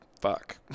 fuck